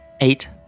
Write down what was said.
Eight